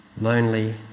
lonely